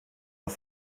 auf